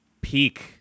peak